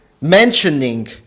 mentioning